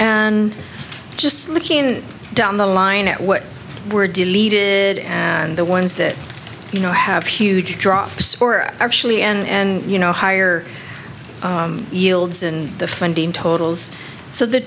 and just looking down the line at what were deleted as the ones that you know have huge drops or actually end you know higher yields and the funding totals so the